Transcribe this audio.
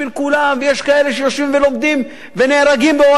ויש כאלה שיושבים ולומדים ונהרגים באוהלה של תורה,